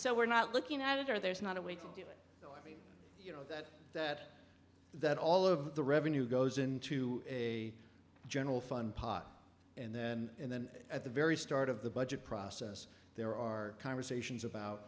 so we're not looking at it or there's not a way to do it you know that that that all of the revenue goes into a general fund pot and then and then at the very start of the budget process there are conversations about